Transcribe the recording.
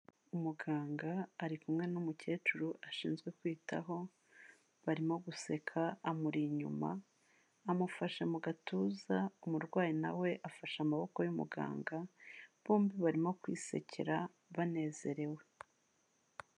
Umuganga ari kumwe n'umukecuru ashinzwe kwitaho barimo guseka amuri inyuma amufashe mu gatuza, umurwayi na we afashe amaboko y'umuganga bombi barimo kwisekera banezerewe.